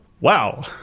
wow